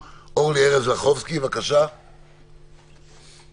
בכוונה ייחדנו את המרחב הפרטי באופן מובחן ושונה.